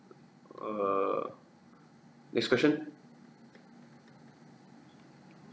err next question